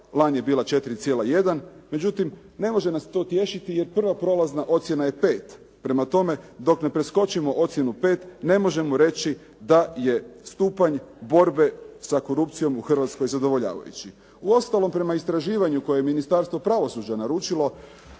Lani je bila 4,1. Međutim, ne može nas to tješiti jer prva prolazna ocjena je 5. Prema tome, dok ne preskočimo ocjenu 5 ne možemo reći da je stupanj borbe sa korupcijom u Hrvatskoj zadovoljavajući. Uostalom, prema istraživanju koje je Ministarstvo pravosuđa naručilo